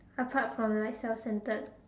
apart from like self centered